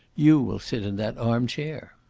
you will sit in that arm-chair.